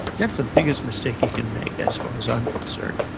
that's the biggest mistake you can make, as far as i'm concerned.